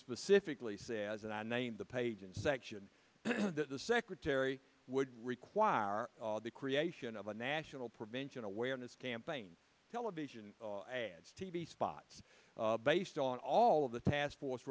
specifically says that i named the page and section that the secretary would require the creation of a national prevention awareness campaign television ads t v spots based on all of the task force